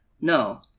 No